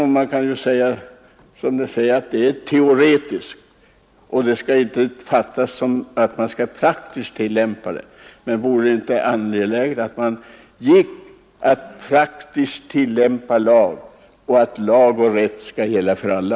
Man kan säga att det är ett teoretiskt tal och att den får tillämpas praktiskt, men vore det inte angeläget att praktiskt tillämpa lagen så, att den gäller för alla?